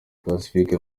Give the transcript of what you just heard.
pacifique